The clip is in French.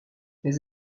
mais